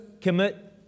commit